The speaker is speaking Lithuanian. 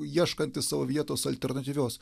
ieškantys savo vietos alternatyvios